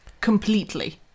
completely